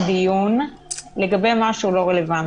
דיון לגבי מה שלא רלוונטי.